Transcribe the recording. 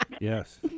yes